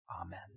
Amen